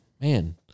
man